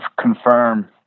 confirm